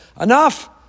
Enough